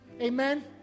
Amen